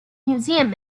museum